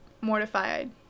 mortified